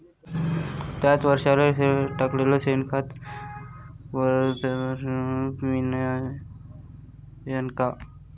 थ्याच वरसाले टाकलेलं शेनखत थ्याच वरशी पिकाले मिळन का?